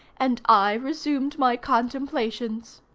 and i resumed my contemplations.